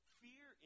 fear